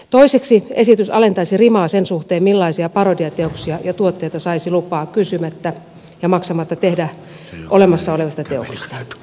toiseksi esitys alentaisi rimaa sen suhteen millaisia parodiateoksia ja tuotteita saisi lupaa kysymättä ja maksamatta tehdä olemassa olevista teoksista